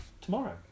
tomorrow